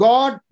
God